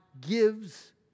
gives